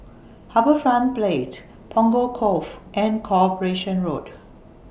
HarbourFront Punggol Cove and Corporation Road